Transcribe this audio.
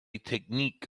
technique